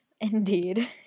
indeed